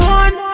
one